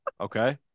Okay